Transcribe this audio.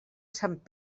sant